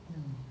mm